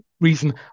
reason